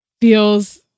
feels